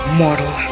mortal